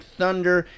thunder